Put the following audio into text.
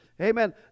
Amen